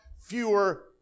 fewer